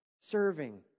Serving